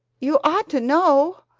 you ought to know!